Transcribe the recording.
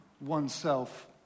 oneself